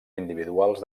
individuals